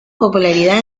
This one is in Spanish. popularidad